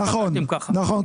נכון.